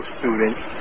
students